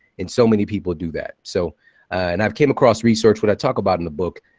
and so many people do that. so and i've came across research, what i talk about in the book,